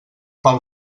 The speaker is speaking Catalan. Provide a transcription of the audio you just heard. pel